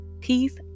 Peace